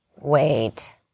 Wait